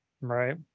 Right